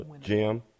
Jim